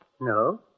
No